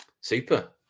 Super